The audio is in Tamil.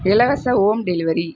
இலவச ஹோம் டெலிவரி